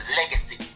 legacy